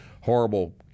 horrible